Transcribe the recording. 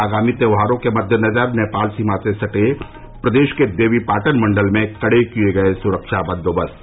आगामी त्यौहारों के मद्देनजर नेपाल सीमा से सटे प्रदेश के देवीपाटन मंडल में कड़े किए गये सुरक्षा बंदोबस्त